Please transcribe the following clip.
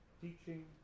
Teaching